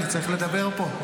אני צריך לדבר פה,